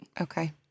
Okay